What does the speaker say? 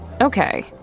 Okay